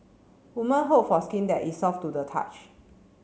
woman hope for skin that is soft to the touch